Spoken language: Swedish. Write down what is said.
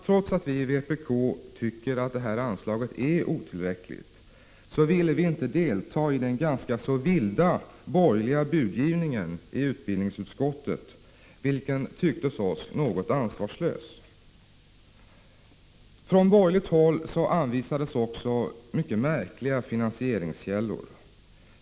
Trots att vi i vpk tycker att anslaget är otillräckligt ville vi inte delta i den ganska vilda borgerliga budgivningen i utbildningsutskottet. Den tycktes oss något ansvarslös. Från borgerligt håll anvisades även mycket märkliga finansieringskällor.